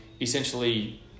essentially